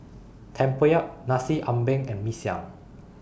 Tempoyak Nasi Ambeng and Mee Siam